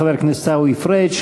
תודה לחבר הכנסת עיסאווי פריג'.